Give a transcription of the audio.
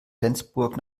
flensburg